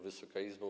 Wysoka Izbo!